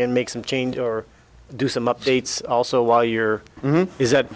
can make some change or do some updates also while you're is that